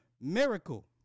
Miracle